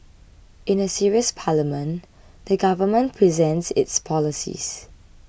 in a serious parliament the Government presents its policies